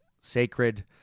sacred